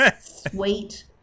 sweet